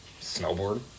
Snowboard